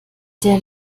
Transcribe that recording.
der